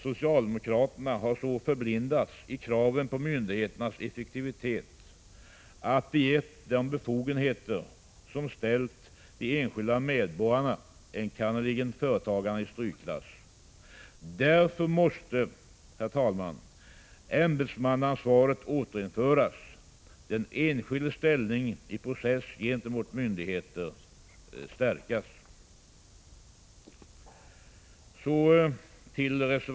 Socialdemokraterna har så förblindats av kraven på myndigheternas effektivitet att de gett myndigheterna befogenheter som ställt de enskilda medborgarna, enkannerligen företagarna, i strykklass. Därför måste, herr talman, ämbetsmannaansvaret återinföras och den enskildes ställning i process gentemot myndighet stärkas.